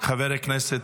חבר הכנסת